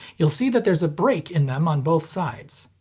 you'll see that there's a break in them on both sides.